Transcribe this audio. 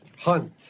Hunt